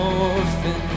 orphan